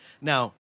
Now